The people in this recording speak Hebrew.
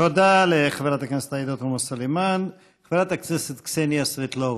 תודה לחבר הכנסת עבד אל חכים חאג' יחיא.